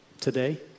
today